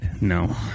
No